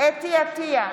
חוה אתי עטייה,